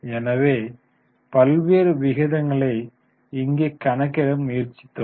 எனவே பல்வேறு விகிதங்களை இங்கே கணக்கிட முயற்சித்தோம்